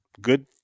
good